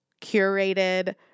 curated